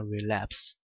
Relapse